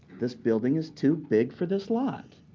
this building is too big for this lot.